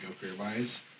career-wise